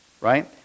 Right